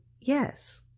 yes